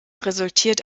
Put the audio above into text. resultiert